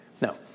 No